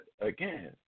again